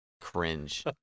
cringe